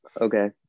Okay